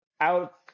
out